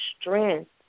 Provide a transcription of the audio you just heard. strength